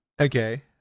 Okay